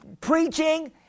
preaching